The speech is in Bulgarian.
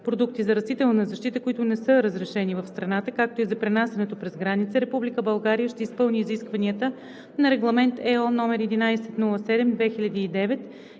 продукти за растителна защита, които не са разрешени в страната, както и за пренасянето през границата, Република България ще изпълни изискванията на Регламент (ЕО) № 1107/2009